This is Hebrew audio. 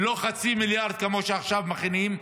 ולא חצי מיליארד כמו שעכשיו מכינים,